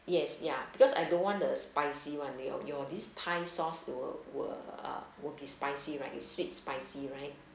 yes ya because I don't want the spicy [one] your your this thai sauce were were uh will be spicy right it's sweet spicy right